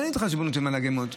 אין התחשבנות עם נהגי המוניות.